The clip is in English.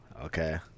Okay